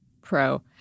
pro